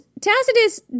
Tacitus